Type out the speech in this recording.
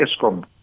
ESCOM